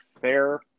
fair